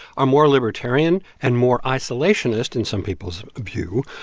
are more libertarian and more isolationist, in some people's view,